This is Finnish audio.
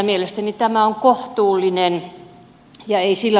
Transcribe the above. mielestäni tämä on kohtuullinen